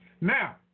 Now